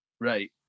Right